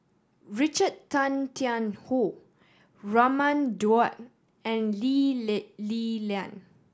Richard Tay Tian Hoe Raman Daud and Lee Li Lian